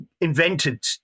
invented